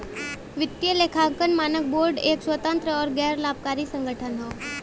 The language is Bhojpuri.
वित्तीय लेखांकन मानक बोर्ड एक स्वतंत्र आउर गैर लाभकारी संगठन हौ